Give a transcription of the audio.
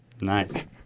Nice